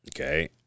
Okay